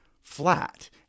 flat